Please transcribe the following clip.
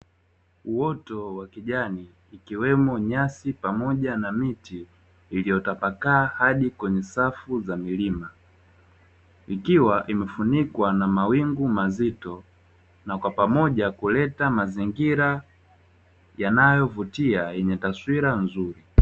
Uoto wa kijani ikiwemo nyasi pamoja na miti, iliyotapakaa hadi kwenye safu za milima, ikiwa imefunikwa na mawingu mazito na kwa pamoja kuleta mazingira yanayovutia yenye taswira nzuri.